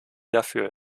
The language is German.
dafür